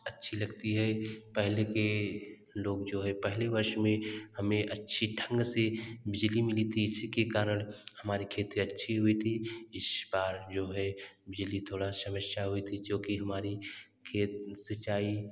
अच्छी लगती है पहले के लोग जो है पहले वर्ष में हमे अच्छी ढंग से बिजली मिली थी इसीके कारण हमारी खेती अच्छी हुई थी इस बार जो है बिजली थोड़ा समस्या हुई थी जो कि हमारी खेत सिंचाई